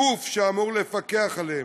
הגוף שאמור לפקח עליהם.